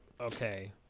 okay